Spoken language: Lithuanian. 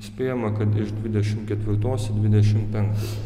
spėjama kad iš dvidešimt ketvirtos į dvidešimt penktą